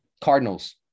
Cardinals